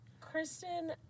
Kristen